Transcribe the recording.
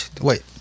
Wait